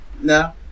No